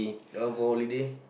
they all go holiday